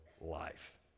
life